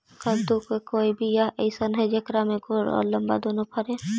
कददु के कोइ बियाह अइसन है कि जेकरा में गोल औ लमबा दोनो फरे?